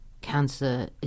cancer